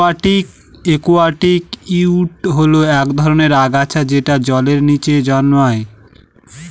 একুয়াটিকে উইড হল এক ধরনের আগাছা যেটা জলের নীচে জন্মায়